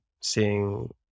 seeing